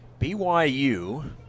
BYU